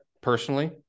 personally